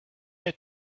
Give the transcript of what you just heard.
had